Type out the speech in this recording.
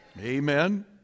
Amen